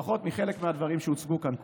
לפחות מחלק מהדברים שהוצגו כאן קודם.